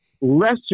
lesser